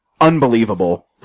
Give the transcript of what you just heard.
Unbelievable